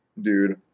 Dude